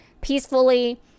peacefully